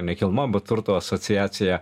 nekilnojamo turto asociaciją